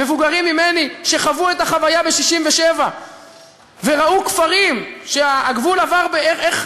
מבוגרים ממני שחוו את החוויה ב-1967 וראו כפרים שהגבול עבר בהם,